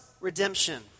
redemption